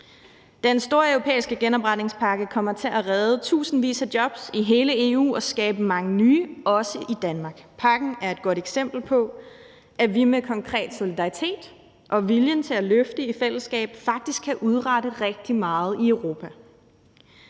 Den store europæiske genopretningspakke kommer til at redde tusindvis af jobs i hele EU og skabe mange nye, også i Danmark. Pakken er et godt eksempel på, at vi med konkret solidaritet og viljen til at løfte i fællesskab faktisk kan udrette rigtig meget i Europa.